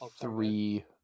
three